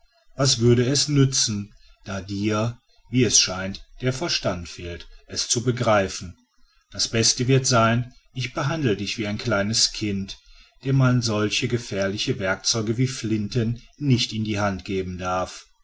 was würde es nützen da dir wie es scheint der verstand fehlt es zu begreifen das beste wird sein ich behandle dich wie ein kleines kind dem man solche gefährliche werkzeuge wie flinten nicht in die hand geben darf